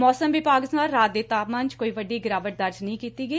ਮੌਸਮ ਵਿਭਾਗ ਅਨੁਸਾਰ ਰਾਤ ਦੇ ਤਾਪਮਾਨ ਚ ਕੋਈ ਵੱਡੀ ਗਿਰਾਵਟ ਦਰਜ ਨਹੀ ਕੀਤੀ ਗਈ